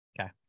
Okay